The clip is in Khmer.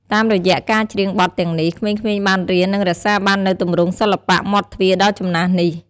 តាមរយៈការច្រៀងបទទាំងនេះ ក្មេងៗបានរៀន និងរក្សាបាននូវទម្រង់សិល្បៈមាត់ទ្វារដ៏ចំណាស់នេះ។